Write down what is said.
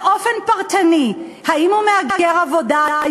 באופן פרטני: אם הוא מהגר עבודה,